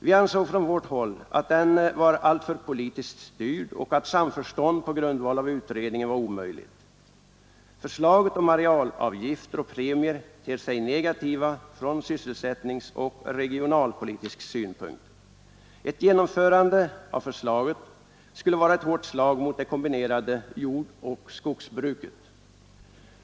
Vi ansåg från vårt håll att den var alltför politiskt styrd och att samförstånd på grundval av utredningen var omöjligt. Förslaget om arealavgifter och premier ter sig negativa från sysselsättningsoch regionalpolitisk synpunkt. Ett genomförande av förslaget skulle vara ett hårt slag mot det kombinerade jordoch skogsbruket.